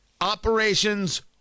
operations